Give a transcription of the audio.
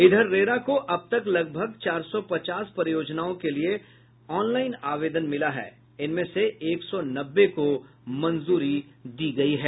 इधर रेरा को अब तक लगभग सात सौ पचास परियोजनाओं के लिए ऑनलाईन आवेदन मिला है जिनमें से एक सौ नब्बे को मंजूरी मिली है